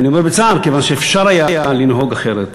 ואני אומר "בצער", כיוון שאפשר היה לנהוג אחרת.